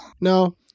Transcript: No